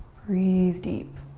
breathe deep.